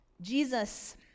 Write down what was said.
Jesus